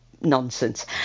nonsense